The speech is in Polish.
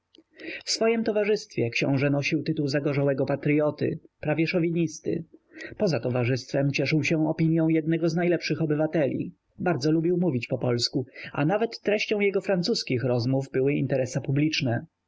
w swojem towarzystwie książe nosił tytuł zagorzałego patryoty prawie szowinisty poza towarzystwem cieszył się opinią jednego z najlepszych obywateli bardzo lubił mówić po polsku a nawet treścią jego francuskich rozmów były interesa publiczne